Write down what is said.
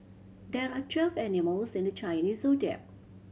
there are twelve animals in the Chinese Zodiac